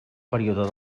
període